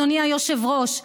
אדוני היושב-ראש,